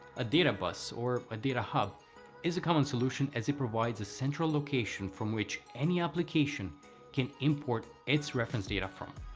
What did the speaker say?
a data bus or a data hub is a common solution as it provides a central location from which any application can import its reference data from.